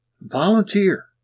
volunteer